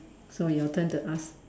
so your turn to ask